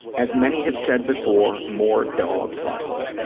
as many have said before, more dog butthole.